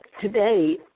today